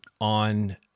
on